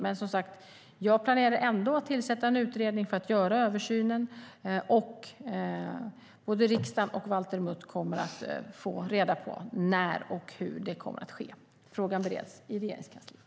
Men jag planerar som sagt ändå att tillsätta en utredning för att göra översynen. Både riksdagen och Valter Mutt kommer att få reda på när och hur det kommer att ske. Frågan bereds i Regeringskansliet.